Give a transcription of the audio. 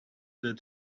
that